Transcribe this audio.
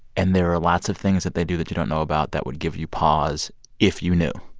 and there are lots of things that they do that you don't know about that would give you pause if you knew.